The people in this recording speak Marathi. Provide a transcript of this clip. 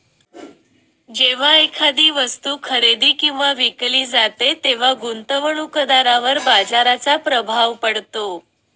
जेव्हा एखादी वस्तू खरेदी किंवा विकली जाते तेव्हा गुंतवणूकदारावर बाजाराचा प्रभाव पडतो